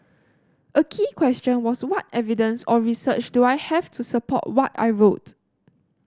a key question was what evidence or research do I have to support what I wrote